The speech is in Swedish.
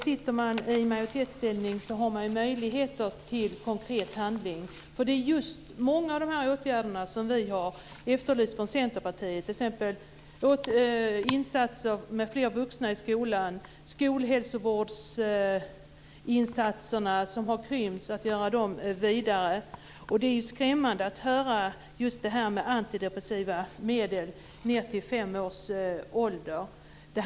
Sitter man i majoritetsställning har man möjligheter till konkret handling. Många av de åtgärder har vi efterlyst från Centerpartiet, t.ex. insatser med fler vuxna i skolan, att göra skolhälsovårdsinsatserna, som har krympts, vidare. Det är skrämmande att höra just det här om antidepressiva medel ned till fem års ålder.